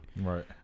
right